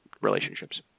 relationships